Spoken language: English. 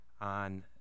on